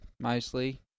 Mostly